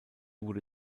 wurde